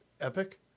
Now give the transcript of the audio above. Epic